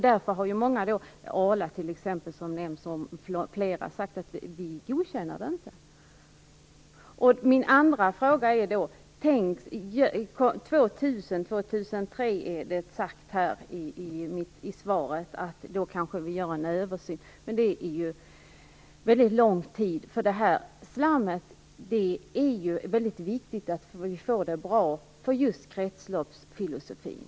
Därför har många, t.ex. Arla, sagt att det inte godkänner detta. Det sägs i svaret att det görs en översyn år 2003. Men det är en väldigt lång tid dit. Det är väldigt viktigt för kretsloppsfilosofin att slammet blir bra.